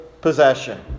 possession